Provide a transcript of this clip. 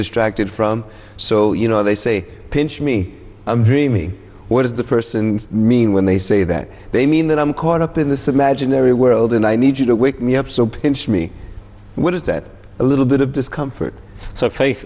distracted from so you know they say pinch me i'm dreaming what does the person mean when they say that they mean that i'm caught up in this imaginary world and i need you to wake me up so pinch me what is that a little bit of discomfort so fa